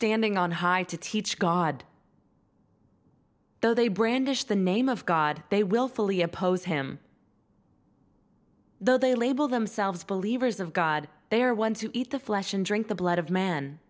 standing on high to teach god though they brandished the name of god they willfully oppose him though they label themselves believers of god they are ones who eat the flesh and drink the blood of men